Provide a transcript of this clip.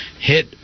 hit